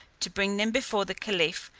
to bring them before the caliph,